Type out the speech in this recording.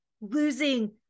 losing